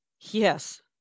Yes